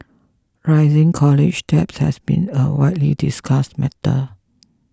rising college debt has been a widely discussed matter